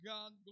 God